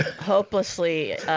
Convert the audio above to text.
hopelessly